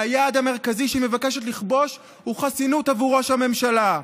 היעד המרכזי שהיא מבקשת לכבוש הוא חסינות עבור ראש הממשלה.